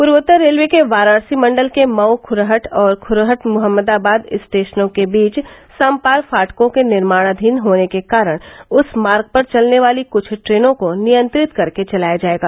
पूर्वोत्तर रेलवे के वाराणसी मण्डल के मऊ खूरहट और खूरहट मोहम्मदाबाद स्टेशनों के बीच समपार फाटकों के निर्माणाधीन होने के कारण उस मार्ग पर चलने वाली कुछ ट्रेनों को नियंत्रित कर के चलाया जाएगा